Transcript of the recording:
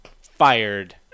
Fired